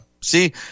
See